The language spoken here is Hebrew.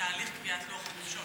בתהליך קביעת לוח החופשות.